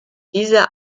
diese